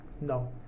no